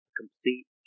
complete